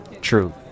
True